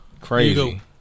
Crazy